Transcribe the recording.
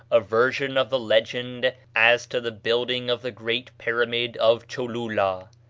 a version of the legend as to the building of the great pyramid of cholula.